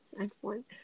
Excellent